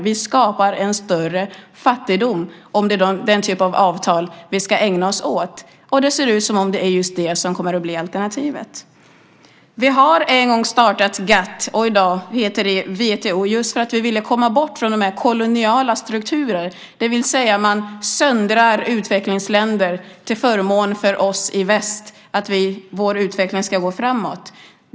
Vi skapar en större fattigdom om det är den typen av avtal vi ska ägna oss åt, och det ser ut som om det är just det som kommer att bli alternativet. Vi har en gång startat GATT - i dag heter det WTO - just för att vi ville komma bort från koloniala strukturer, det vill säga att man söndrar utvecklingsländer till förmån för oss i väst och att vår utveckling ska gå framåt.